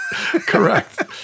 Correct